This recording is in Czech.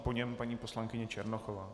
Po něm paní poslankyně Černochová.